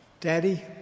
Daddy